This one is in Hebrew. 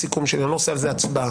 אני לא עושה על זה הצבעה,